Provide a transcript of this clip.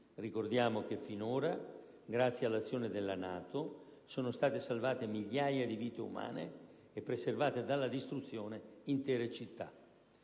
Ricordiamo che finora, grazie all'azione della NATO, sono state salvate migliaia di vite umane e preservate dalla distruzione intere città.